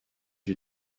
you